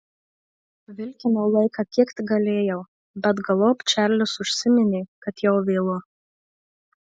vilkinau laiką kiek tik galėjau bet galop čarlis užsiminė kad jau vėlu